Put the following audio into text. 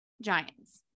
Giants